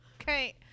Okay